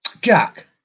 Jack